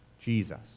Jesus